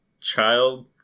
child